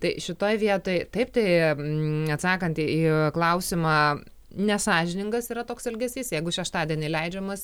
tai šitoj vietoj taip tai neatsakant į klausimą nesąžiningas yra toks elgesys jeigu šeštadienį leidžiamas